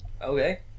Okay